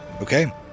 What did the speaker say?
Okay